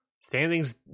Standings